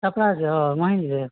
छपरासँ ओ वहींसँ